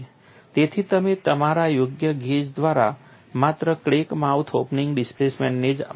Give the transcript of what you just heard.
તેથી તમે તમારા યોગ્ય ગેજ દ્વારા માત્ર ક્રેક માઉથ ઓપનિંગ ડિસ્પ્લેસમેન્ટને જ માપો છો